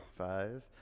Five